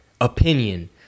opinion